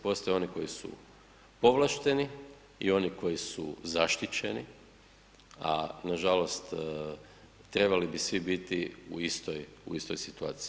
Postoje oni koji su povlašteni i oni koji su zaštićeni, a nažalost trebali bi svi biti u istoj situaciji.